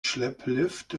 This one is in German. schlepplift